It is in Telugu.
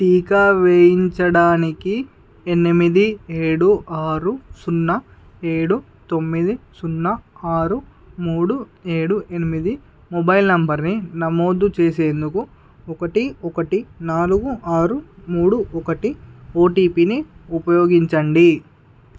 టీకా వేయించడానికి ఎనిమిది ఏడు ఆరు సున్నా ఏడు తొమ్మిది సున్నా ఆరు మూడు ఏడు ఎనిమిది మొబైల్ నంబర్ని నమోదు చేసేందుకు ఒకటి ఒకటి నాలుగు ఆరు మూడు ఇకటి ఓటీపీని ఉపయోగించండి